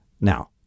now